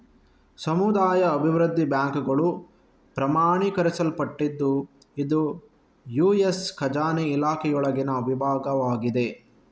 ಸಮುದಾಯ ಅಭಿವೃದ್ಧಿ ಬ್ಯಾಂಕುಗಳು ಪ್ರಮಾಣೀಕರಿಸಲ್ಪಟ್ಟಿದ್ದು ಇದು ಯು.ಎಸ್ ಖಜಾನೆ ಇಲಾಖೆಯೊಳಗಿನ ವಿಭಾಗವಾಗಿದೆ